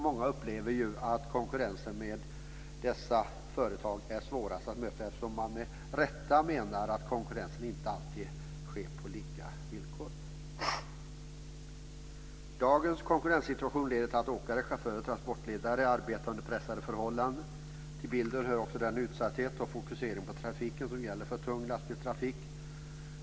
Många upplever att konkurrensen med dessa företag är svårast att möta, eftersom man med rätta menar att konkurrensen inte alltid sker på lika villkor. Dagens konkurrenssituation leder till att åkare, chaufförer och transportledare arbetar under pressade förhållanden. Till bilden hör också den utsatthet och fokusering i trafiken som gäller för tung lastbilstrafik.